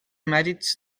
mèrits